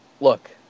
look